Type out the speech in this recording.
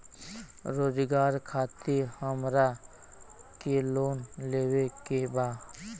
रोजगार खातीर हमरा के लोन लेवे के बा?